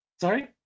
Sorry